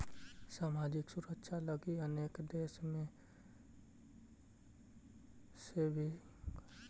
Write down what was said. सामाजिक सुरक्षा लगी अनेक देश में सेविंग्स के ई प्रकल्प चलऽ हई